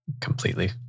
Completely